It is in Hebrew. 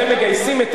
אתם מגייסים את